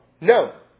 No